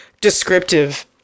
descriptive